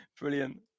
brilliant